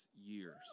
years